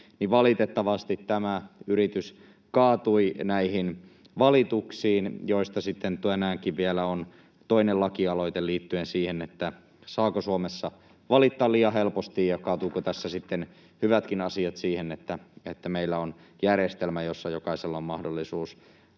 valitettavasti tämä yritys kaatui näihin valituksiin. Tänäänkin on sitten vielä toinen lakialoite liittyen siihen, saako Suomessa valittaa liian helposti ja kaatuvatko tässä sitten hyvätkin asiat siihen, että meillä on järjestelmä, jossa jokaisella on mahdollisuus